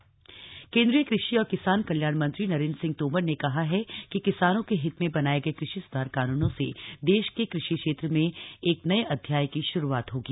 कुषि मंत्री पत्र केन्द्रीय कृषि और किसान कल्याण मंत्री नरेंद्र सिंह तोमर ने कहा है कि किसानों के हित में बनाये गए कृषि सुधार कानूनों से देश के कृषि क्षेत्र में एक नए अध्याय की श्रूआत होगी